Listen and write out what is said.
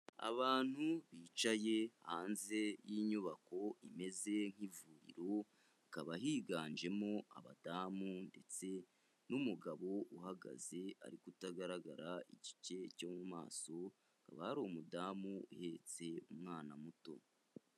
Abantu bicaye hanze y'inyubako imeze nk'ivuriro, hakaba higanjemo abadamu ndetse n'umugabo uhagaze ariko utagaragara igice cyo mu maso, hakaba hari umudamu uhetse umwana muto.